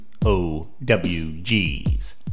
OWGs